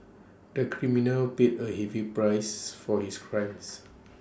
the criminal paid A heavy price for his crimes